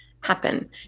happen